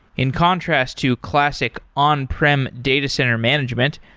in contrast to classic on-prem data center management,